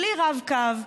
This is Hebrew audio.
בלי רב-קו,